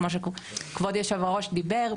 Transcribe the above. כמו שכבוד היושב-ראש דיבר,